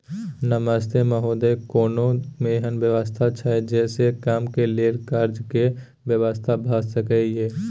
नमस्ते महोदय, कोनो एहन व्यवस्था छै जे से कम के लेल कर्ज के व्यवस्था भ सके ये?